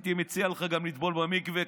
הייתי מציע לך גם לטבול במקווה,